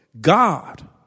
God